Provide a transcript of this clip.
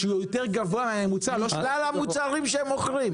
מכלל המוצרים שהם מוכרים.